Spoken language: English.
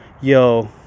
yo